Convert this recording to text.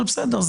אבל בסדר,